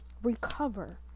Recover